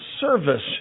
service